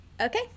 Okay